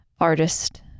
artist